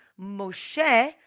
Moshe